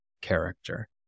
character